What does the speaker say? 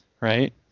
right